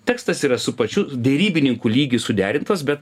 tekstas yra su pačiu derybininkų lygy suderintas bet